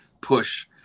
push